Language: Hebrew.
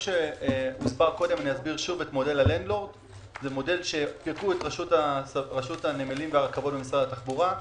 אסביר שוב את המודל פירקו את רשות הנמלים והרכבות במשרד התחבורה.